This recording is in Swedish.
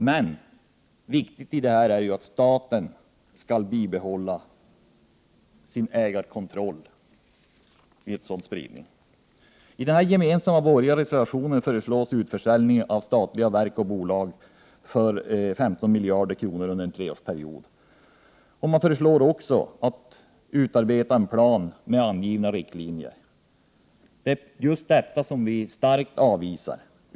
Men det är viktigt att staten behåller sin ägarkontroll vid en sådan spridning. | I en gemensam borgerlig reservation föreslås en utförsäljning av verk och bolag för 15 miljarder kronor under en treårsperiod. Vidare föreslås att regeringen utarbetar en plan med angivna riktlinjer. Just detta avvisar vi starkt.